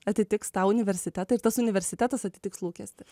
atitiks tą universitetą ir tas universitetas atitiks lūkestį